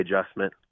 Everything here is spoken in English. adjustment